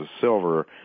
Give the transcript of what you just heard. silver